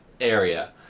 area